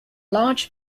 large